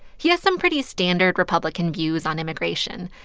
he has some pretty standard republican views on immigration.